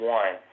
one